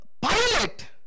pilot